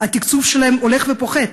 התקצוב שלהם הולך ופוחת,